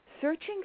searching